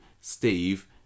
Steve